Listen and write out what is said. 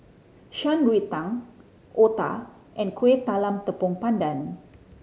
Shan Rui Tang otah and Kuih Talam Tepong Pandan